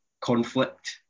conflict